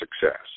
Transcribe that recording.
success